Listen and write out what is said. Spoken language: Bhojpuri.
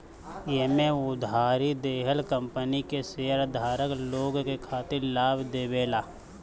एमे उधारी देहल कंपनी के शेयरधारक लोग के खातिर लाभ देवेला